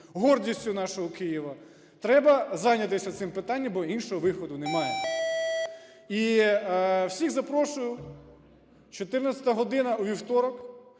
гордістю нашого Києва, треба зайнятися цим питанням, бо іншого виходу немає. І всіх запрошую: 14 година у вівторок